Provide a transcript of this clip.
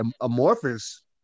amorphous